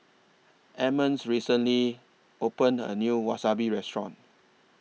Emmons recently opened A New Wasabi Restaurant